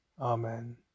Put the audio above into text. Amen